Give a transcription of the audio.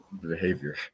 behavior